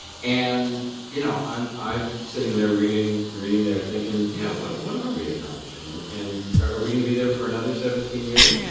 and you know, i'm i'm sitting there reading reading there thinking, yeah what what are we accomplishing? and and are we gonna be there for another seventeen years?